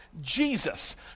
Jesus